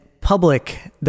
public